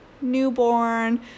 newborn